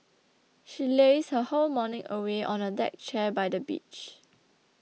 she lazed her whole morning away on a deck chair by the beach